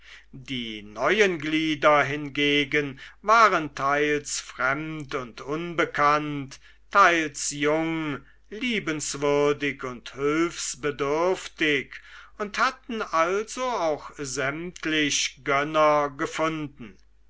die neuen glieder hingegen waren teils fremd und unbekannt teils jung liebenswürdig und hülfsbedürftig und hatten also auch sämtlich gönner gefunden